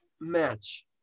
match